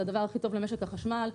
זה הדבר הכי טוב למשק החשמל,